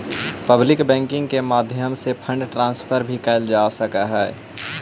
public banking के माध्यम से फंड ट्रांसफर भी कैल जा सकऽ हइ